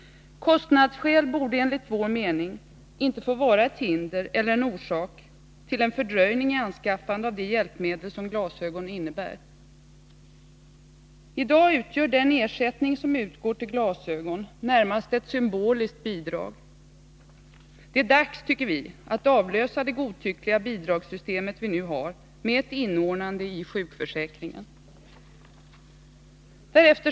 Kostnadsskäl borde enligt vår mening inte få vara ett hinder eller en orsak till en fördröjning i anskaffandet av det hjälpmedel som glasögon innebär. I dag utgör den ersättning som utgår till glasögon närmast ett symboliskt bidrag. Det är dags, tycker vi, att avlösa det godtyckliga bidragssystem vi nu har med ett inordnande i sjukförsäkringssystemet.